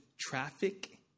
Traffic